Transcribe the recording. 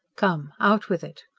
come out with it!